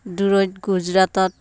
দূৰৈত গুজৰাটত